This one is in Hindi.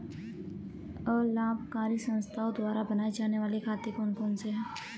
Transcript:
अलाभकारी संस्थाओं द्वारा बनाए जाने वाले खाते कौन कौनसे हैं?